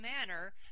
manner